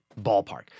Ballpark